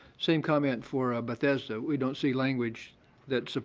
same comment for bethesda, we don't see language that